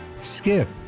Skip